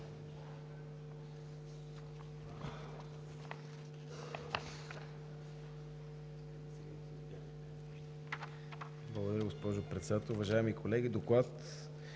Благодаря, госпожо Председател. Уважаеми колеги!